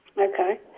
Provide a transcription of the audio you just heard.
Okay